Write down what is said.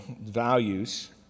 values